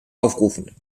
aufrufen